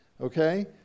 Okay